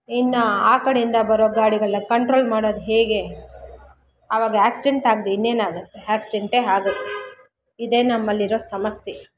ಇನ್ನು ಆ ಕಡೆಯಿಂದ ಬರೋ ಗಾಡಿಗೆಲ್ಲ ಕಂಟ್ರೋಲ್ ಮಾಡೋದು ಹೇಗೆ ಆವಾಗ ಆಕ್ಸಿಡೆಂಟ್ ಆಗದೆ ಇನ್ನೇನಾಗತ್ತೆ ಆಕ್ಸಿಡೆಂಟೇ ಆಗೋದು ಇದೇ ನಮ್ಮಲ್ಲಿರೋ ಸಮಸ್ಯೆ